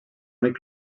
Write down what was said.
únic